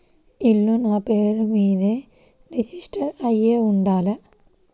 ఇల్లు నాపేరు మీదే రిజిస్టర్ అయ్యి ఉండాల?